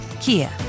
Kia